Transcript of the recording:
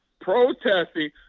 protesting